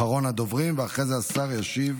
אחרון הדוברים, ואחרי זה השר ישיב